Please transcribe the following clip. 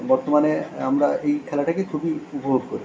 বর্তমানে আমরা এই খেলাটাকে খুবই উপভোগ করি